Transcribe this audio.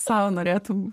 sau norėtum